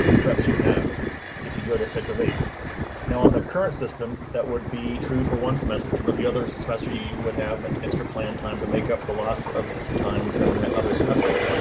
perhaps you have if you go to six eight now on the current system, that would be true for one semester, but the other semester you would have an extra plan time to make up the loss of time during that other semester.